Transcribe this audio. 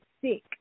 sick